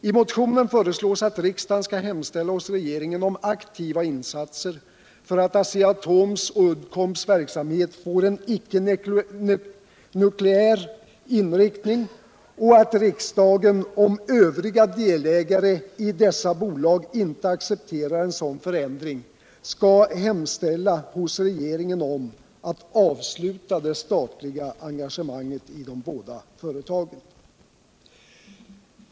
I motionen föreslås att riksdagen skall hemställa hos regeringen om aktiva insatser för att Asea-Atoms och Uddcombs verksamhet får en icke-nukleär inriktning och att riksdagen, om övriga delägare i dessa bolag inte accepterar en sådan förändring, skall hemställa hos regeringen om att avsluta det statliga engagemanget i de båda företagen.